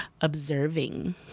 observing